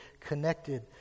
connected